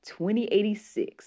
2086